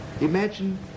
Imagine